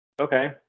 Okay